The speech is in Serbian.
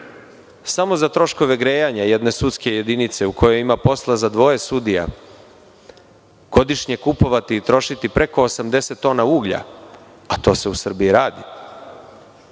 samo za troškove grajanja jedne sudske jedinice u kojoj ima posla za dvoje sudija, godišnje kupovati i trošiti preko 80 tona uglja, a to se u Srbiji radi,